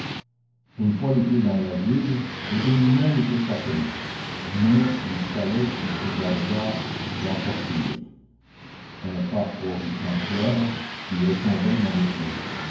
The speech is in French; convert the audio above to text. une fois le pied dans l'asile le criminel était sacré mais il fallait qu'il se gardât d'en sortir un pas hors du sanctuaire il retombait dans le flot